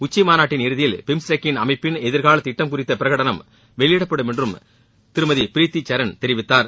உச்சிமாநாட்டின் இறுதியில் பிம்ஸ்டெக்கின் அமைப்பின் எதிர்கால திட்டம் குறித்த பிரகடனம் வெளியிடப்படும் என்றும் திருமதி ப்ரீத்தி சரண் தெரிவித்தார்